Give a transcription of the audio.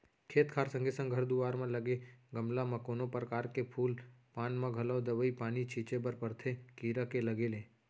खेत खार संगे संग घर दुवार म लगे गमला म कोनो परकार के फूल पान म घलौ दवई पानी छींचे बर परथे कीरा के लगे ले